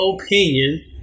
opinion